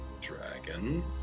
dragon